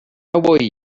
vull